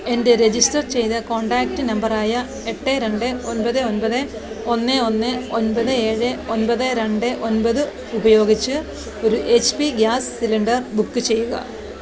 എൻ്റെ രെജിസ്റ്റർ ചെയ്ത കോൺടാക്റ്റ് നമ്പറായ എട്ട് രണ്ട് ഒൻപത് ഒൻപത് ഒന്ന് ഒന്ന് ഒൻപത് ഏഴ് ഒൻപത് രണ്ട് ഒൻപത് ഉപയോഗിച്ച് ഒരു H P gas cylinder book ചെയ്യുക